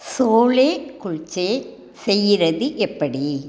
சோலே குல்ச்சே செய்கிறது எப்படி